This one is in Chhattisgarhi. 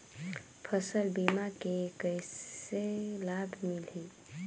फसल बीमा के कइसे लाभ मिलही?